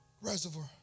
reservoir